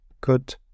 good